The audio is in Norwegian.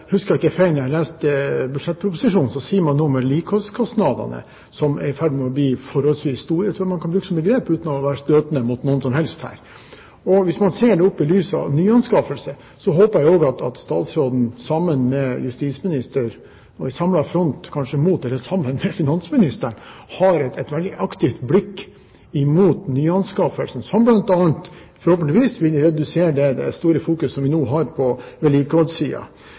Jeg tror ikke jeg husker feil, men da jeg leste budsjettproposisjonen, sier man der noe om vedlikeholdskostnadene som er i ferd med å bli forholdsvis store. Jeg tror man kan bruke samme begrep uten å være støtende mot noen som helst her. Hvis man ser det i lys av nyanskaffelser, håper jeg at statsråden sammen med justisministeren i samlet front mot – eller kanskje sammen med – finansministeren har et veldig aktivt blikk mot nyanskaffelsene, som forhåpentligvis vil redusere det store fokuset som vi nå har på